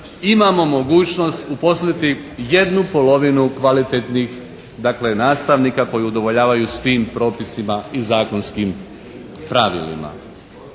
imamo mogućnost uposliti 1/2 kvalitetnih dakle nastavnika koji udovoljavaju svim propisima i zakonskim pravilima.